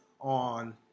on